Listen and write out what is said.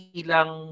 ilang